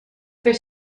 fer